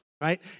right